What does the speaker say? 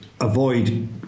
avoid